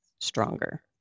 stronger